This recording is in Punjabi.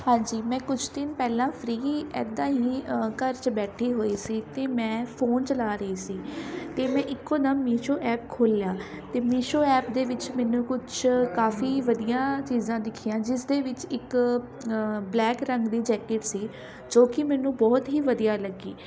ਹਾਂਜੀ ਮੈਂ ਕੁਝ ਦਿਨ ਪਹਿਲਾਂ ਫਰੀ ਇੱਦਾਂ ਹੀ ਘਰ 'ਚ ਬੈਠੀ ਹੋਈ ਸੀ ਅਤੇ ਮੈਂ ਫੋਨ ਚਲਾ ਰਹੀ ਸੀ ਅਤੇ ਮੈਂ ਇੱਕੋ ਦਮ ਮੀਸ਼ੋ ਐਪ ਖੋਲ੍ਹਿਆ ਅਤੇ ਮੀਸ਼ੋ ਐਪ ਦੇ ਵਿੱਚ ਮੈਨੂੰ ਕੁਛ ਕਾਫੀ ਵਧੀਆ ਚੀਜ਼ਾਂ ਦਿਖੀਆਂ ਜਿਸ ਦੇ ਵਿੱਚ ਇੱਕ ਬਲੈਕ ਰੰਗ ਦੀ ਜੈਕਿਟ ਸੀ ਜੋ ਕਿ ਮੈਨੂੰ ਬਹੁਤ ਹੀ ਵਧੀਆ ਲੱਗੀ